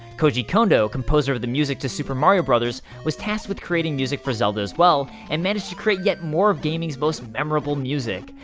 koji kondo, composer of the music to super mario bros, was tasked with creating music for zelda as well, and managed to create yet more of gaming's most memorable music.